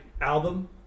album